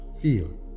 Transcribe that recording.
feel